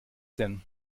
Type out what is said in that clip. denn